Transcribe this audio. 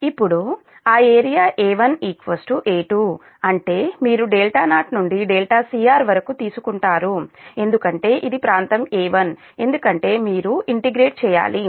ఇప్పుడు ఆ area A1 A2 అంటే మీరు0 నుండి cr వరకు తీసుకుంటారు ఎందుకంటే ఇది ప్రాంతం A1 ఎందుకంటే మీరు ఇంటిగ్రేట్ చేయాలి